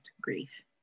grief